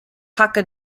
hakka